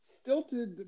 stilted